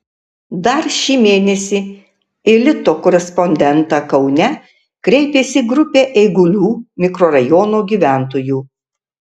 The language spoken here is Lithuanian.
dar šį mėnesį į lito korespondentą kaune kreipėsi grupė eigulių mikrorajono gyventojų